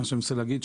מה שאני מנסה להגיד,